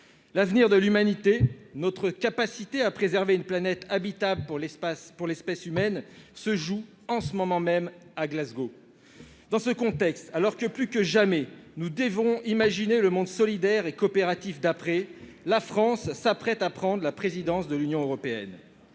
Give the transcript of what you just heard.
L'avenir de l'humanité, notre capacité à préserver une planète habitable pour l'espèce humaine, se joue en ce moment même à Glasgow. Dans ce contexte, alors que nous devons plus que jamais imaginer le monde solidaire et coopératif d'après, la France s'apprête à prendre la présidence de l'Union européenne.